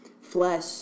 flesh